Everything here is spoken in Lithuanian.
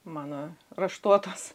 mano raštuotos